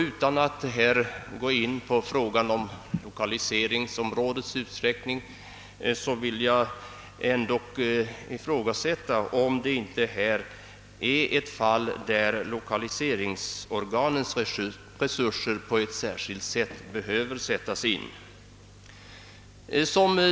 Utan att här gå in på frågan om lokaliseringsområdets utsträckning vill jag ifrågasätta om inte detta är ett fall där lokaliseringsorganens resurser på ett särskilt sätt behöver tas i anspråk.